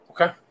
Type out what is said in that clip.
Okay